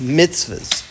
mitzvahs